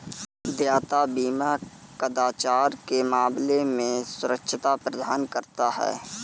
देयता बीमा कदाचार के मामले में सुरक्षा प्रदान करता है